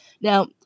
Now